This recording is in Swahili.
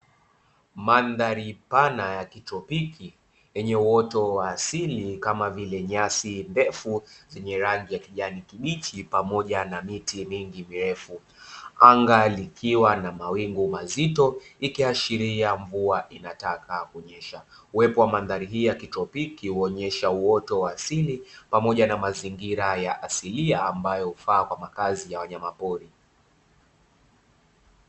Mandhari pana ya kitropiki yenye uoto wa asili kama vile nyasi ndefu zenye rangi ya kijani kibichi pamoja na miti mingi mirefu, anga likiwa na mawingu mazito ikiashiria mvua inataka kunyesha, uwepo wa mandhari hii ya kitropiki huonyesha uwoto wa asili, pamoja na mazingira ya asilia ambayo hufaa kwa kazi ya wanyamapori.